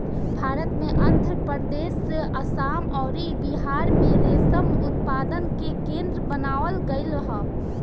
भारत में आंध्रप्रदेश, आसाम अउरी बिहार में रेशम उत्पादन के केंद्र बनावल गईल ह